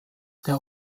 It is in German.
der